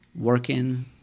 working